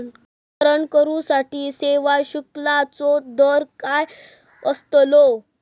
प्रकरण करूसाठी सेवा शुल्काचो दर काय अस्तलो?